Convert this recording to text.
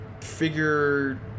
figure